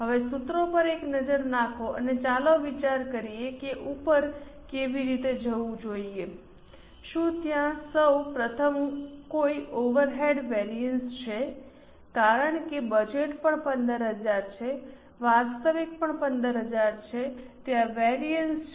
હવે સૂત્રો પર એક નજર નાખો અને ચાલો વિચાર કરીએ કે ઉપર કેવી રીતે જવું જોઈએ શું ત્યાં સૌ પ્રથમ કોઈ ઓવરહેડ વેરિઅન્સ છે કારણ કે બજેટ પણ 15000 છે વાસ્તવિક પણ 15000 છે ત્યાં વિવિધતા છે